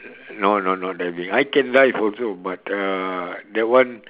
no no no not driving I can drive also but uh that one